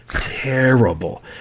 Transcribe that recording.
terrible